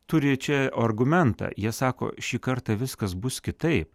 turi čia argumentą jie sako šį kartą viskas bus kitaip